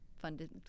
funded